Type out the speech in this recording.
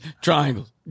triangles